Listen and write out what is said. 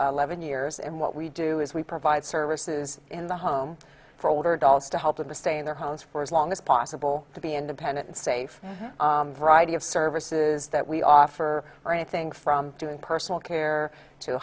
levon years and what we do is we provide services in the home for older adults to help them to stay in their homes for as long as possible to be independent and safe variety of services that we offer or anything from doing personal care to